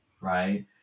Right